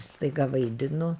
staiga vaidinu